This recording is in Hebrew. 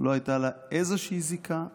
לא הייתה לה איזושהי זיקה לפוליטיקה.